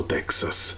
Texas